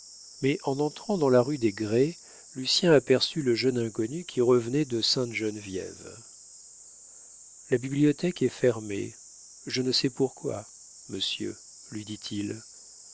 mais en entrant dans la rue des grès lucien aperçut le jeune inconnu qui revenait de sainte-geneviève la bibliothèque est fermée je ne sais pourquoi monsieur lui dit-il